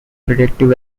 predictive